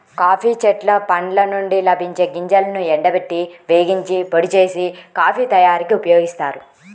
coffee చెట్ల పండ్ల నుండి లభించే గింజలను ఎండబెట్టి, వేగించి, పొడి చేసి, కాఫీ తయారీకి ఉపయోగిస్తారు